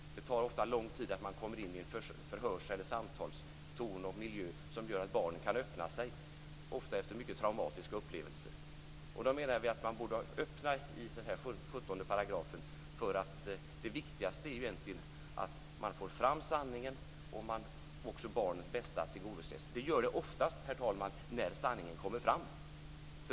Det tar ofta lång tid innan man kommer in i en förhörs eller samtalston och miljö som gör att barnen kan öppna sig, ofta efter mycket traumatiska upplevelser. Därför menar vi att man borde öppna i den här 17 §. Det viktigaste är ju egentligen att man får fram sanningen och att barnens bästa tillgodoses, och det gör det oftast, herr talman, när sanningen kommer fram.